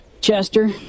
Chester